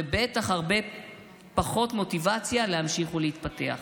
ובטח הרבה פחות מוטיבציה להמשיך ולהתפתח.